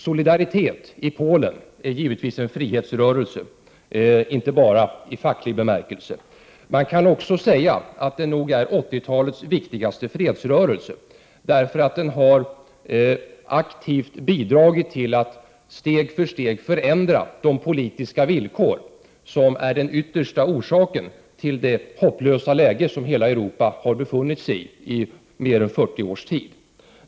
Solidaritet i Polen är givetvis en frihetsrörelse, inte bara i facklig bemärkelse. Man kan också säga att den nog är 80-talets viktigaste fredsrörelse, därför att den aktivt bidragit till att steg för steg förändra de politiska villkor som är den yttersta orsaken till det hopplösa läge som hela Europa har befunnit sig i under mer än 40 års tid.